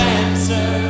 answer